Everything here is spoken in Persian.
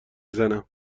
زنم